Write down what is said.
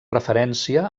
referència